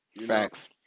Facts